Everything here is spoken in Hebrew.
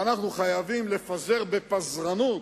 ואנחנו חייבים לפזר, בפזרנות,